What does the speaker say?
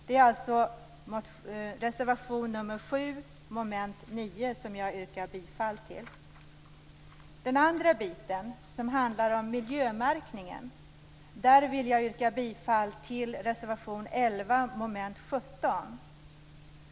Det tas upp i reservation 7 under mom. 9, som jag yrkar bifall till. I den andra delen, som handlar om miljömärkningen, yrkar jag bifall till reservation 11 under mom. 17.